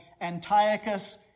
Antiochus